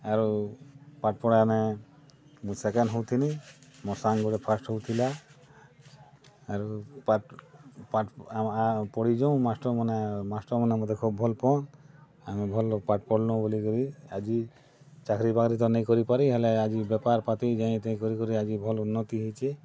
ଆରୁ ପାଠ୍ ପଢ଼ାନେ ମୁଁ ସେକେଣ୍ଡ୍ ହଉଥିଁନି ମୋ ସାଙ୍ଗ ଗୋଟେ ଫାଷ୍ଟ ହଉଥିଲା ଆରୁ ପାଠ୍ ପାଠ୍ ଆମ ଆମେ ପଢ଼ିଛୁଁ ମାଷ୍ଟ୍ରମାନେ ମାଷ୍ଟ୍ରମାନେ ମତେ ଖୁବ୍ ଭଲ କହନ୍ ଆମେ ଭଲ୍ ପାଠ୍ ପଢ଼ୁଲୁ ବୋଲି କରି ଆଜି ଚାକିରୀ ବାକିରୀ ତ ନେଇ କରି ପାରି ହେଲେ ଆଜି ବେପାର କତି ଯହିଁ ତହିଁ କରି କରି ଆଜି ଭଲ ଉନ୍ନତି ହେଇଛି